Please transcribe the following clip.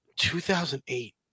2008